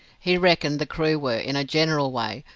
he reckoned the crew were, in a general way,